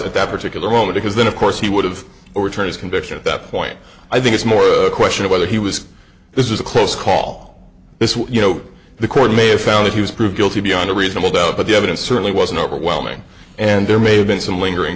at that particular moment because then of course he would have or turn his conviction at that point i think it's more a question of whether he was this is a close call this what you know the court may have found that he was proved guilty beyond a reasonable doubt but the evidence certainly wasn't overwhelming and there may have been some lingering